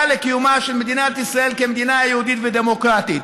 לקיומה של מדינת ישראל כמדינה יהודית ודמוקרטית.